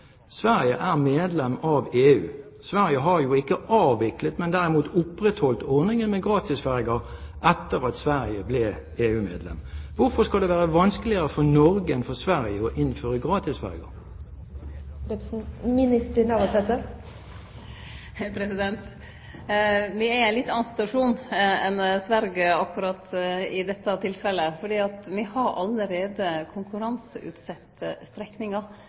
Sverige er medlem av EU. Sverige har ikke avviklet, men derimot opprettholdt ordningen med gratisferjer etter at Sverige ble EU-medlem. Hvorfor skal det være vanskeligere for Norge enn for Sverige å innføre gratisferjer? Me er i ein litt annan situasjon enn Sverige akkurat i dette tilfellet, for me har